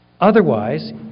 otherwise